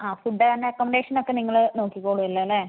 food and accommodation ഒക്കെ നിങ്ങള് നോക്കിക്കോളുവല്ലോലെ